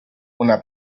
una